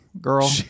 Girl